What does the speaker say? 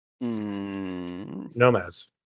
Nomads